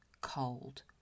cold